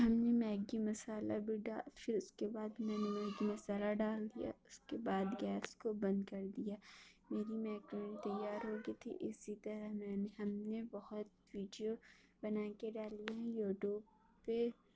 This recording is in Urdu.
ہم نے میگی مسالہ بھی ڈال پھر اس کے بعد میں نے میگی مسالہ ڈال دیا اس کے بعد گیس کو بند کر دیا میری میکرونی تیار ہو گئی تھی اسی طرح میں نے ہم نے بہت ویڈیو بنا کے ڈالی ہے یوٹیوب پہ